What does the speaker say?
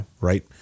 Right